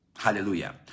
Hallelujah